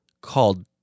called